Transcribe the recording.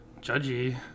judgy